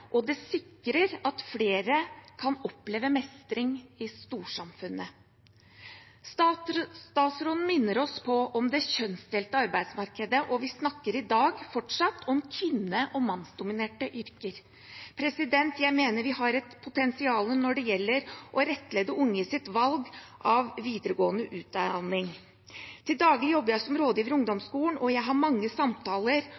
og det sikrer at flere kan oppleve mestring i storsamfunnet. Statsråden minner oss om det kjønnsdelte arbeidsmarkedet, og vi snakker i dag fortsatt om kvinnedominerte og mannsdominerte yrker. Jeg mener vi har et potensial når det gjelder å rettlede unges valg av videregående utdanning. Til daglig jobber jeg som rådgiver